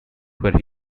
where